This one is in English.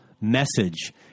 message